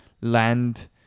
land